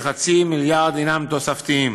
כחצי מיליארד הם תוספתיים.